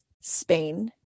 Spain